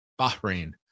Bahrain